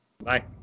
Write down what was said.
Bye